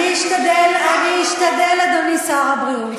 אני אשתדל, אדוני שר הבריאות.